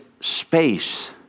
space